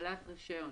לקבלת רישיון,